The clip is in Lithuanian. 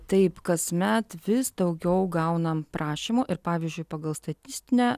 taip kasmet vis daugiau gaunam prašymų ir pavyzdžiui pagal statistinę